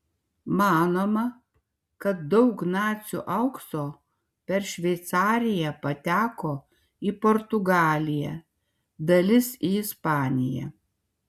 manoma kad daug nacių aukso per šveicariją pateko į portugaliją dalis į ispaniją